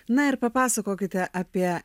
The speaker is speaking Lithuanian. na ir papasakokite apie